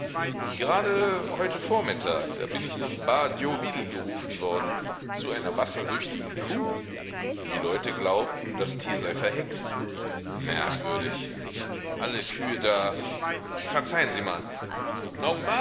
gerade heute vormittag da bin ich nach bas diauville gerufen worden zu einer wassersüchtigen kuh die leute glaubten das tier sei verhext merkwürdig alle kühe da verzeihen sie mal